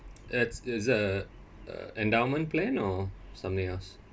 it's is a uh endowment plan or something else